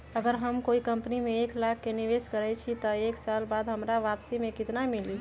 अगर हम कोई कंपनी में एक लाख के निवेस करईछी त एक साल बाद हमरा वापसी में केतना मिली?